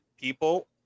people